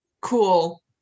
cool